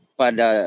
pada